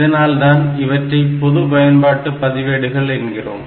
இதனால்தான் இவற்றை பொது பயன்பாட்டு பதிவேடுகள் என்கிறோம்